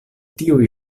tiuj